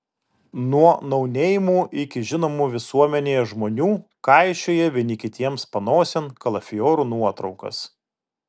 nuo nouneimų iki žinomų visuomenėje žmonių kaišioja vieni kitiems panosėn kalafiorų nuotraukas